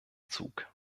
zug